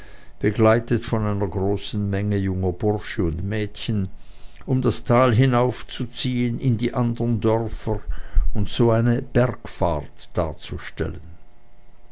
begleitet von einer großen menge junger bursche und mädchen um das tal hinauf zu ziehen in die anderen dörfer und so eine bergfahrt